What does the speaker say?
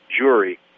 jury